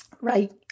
right